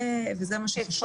זה מה שחשוב.